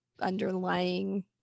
underlying